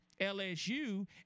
LSU